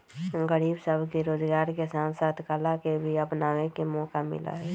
गरीब सब के रोजगार के साथ साथ कला के भी अपनावे के मौका मिला हई